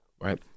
right